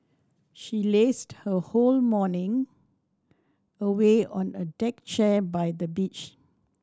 she lazed her whole morning away on a deck chair by the beach